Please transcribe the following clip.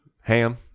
Ham